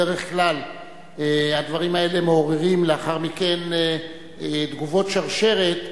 בדרך כלל הדברים האלה מעוררים לאחר מכן תגובות שרשרת,